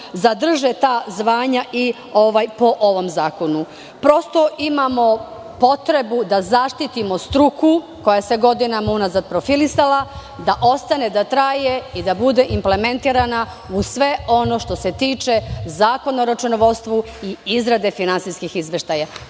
zadrže ta zvanja po ovom zakonu. Prosto imamo potrebu da zaštitimo struku koja se godinama unazad profilisala, da ostane, da traje i da bude implementirana u sve ono što se tiče Zakona o računovodstvu i izrade finansijskih izveštaja. To